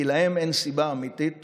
כי להם אין סיבה אמיתית